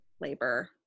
labor